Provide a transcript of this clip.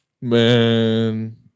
Man